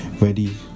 ready